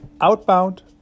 outbound